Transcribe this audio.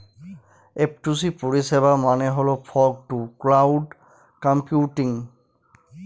F two C পরিষেবা মানে হল ফগ টু ক্লাউড কম্পিউটিং